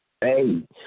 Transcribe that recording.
Hey